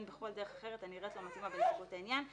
בכל דרך אחרת הנראית לו מתאימה בנסיבות העניין,